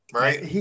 right